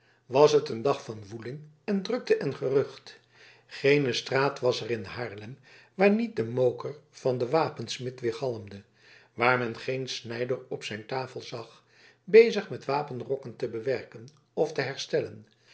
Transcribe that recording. was het een dag van woeling en drukte en gerucht geene straat was er in haarlem waar niet de moker van den wapensmid weergalmde waar men geen snijder op zijn tafel zag bezig met wapenrokken te bewerken of te herstellen